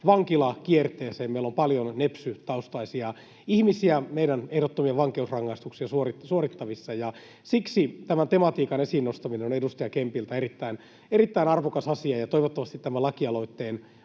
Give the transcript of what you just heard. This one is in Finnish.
vankilakierteeseen. Meillä on paljon nepsy-taustaisia ihmisiä meidän ehdottomia vankeusrangaistuksia suorittavissa. Siksi tämän tematiikan esiin nostaminen on edustaja Kempiltä erittäin arvokas asia, ja toivottavasti tämän lakialoitteen